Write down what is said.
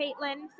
Caitlin